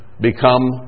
become